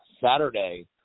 Saturday